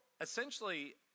essentially